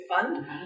fund